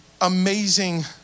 amazing